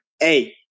hey